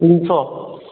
तीन सौ